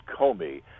Comey